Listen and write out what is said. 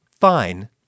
fine